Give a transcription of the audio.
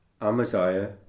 Amaziah